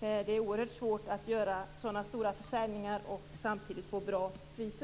Det är oerhört svårt att göra så stora utförsäljningar och samtidigt få bra priser.